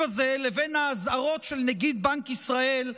הזה לבין האזהרות של נגיד בנק ישראל,